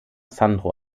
sandro